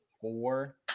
four